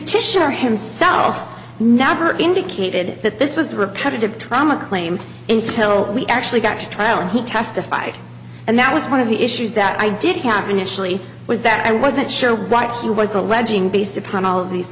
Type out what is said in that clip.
r himself never indicated that this was repetitive trauma claimed in till we actually got to trial and he testified and that was one of the issues that i did have initially was that i wasn't sure what he was alleging based upon all of these